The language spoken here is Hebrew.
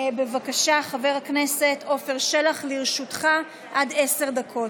בבקשה, חבר הכנסת עפר שלח, לרשותך עד עשר דקות.